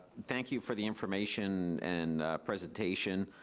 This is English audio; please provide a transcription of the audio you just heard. thank you for the information and presentation.